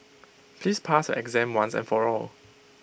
please pass your exam once and for all